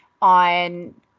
on